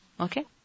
Okay